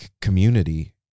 community